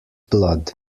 blood